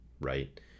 Right